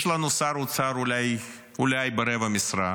יש לנו שר אוצר אולי ברבע משרה,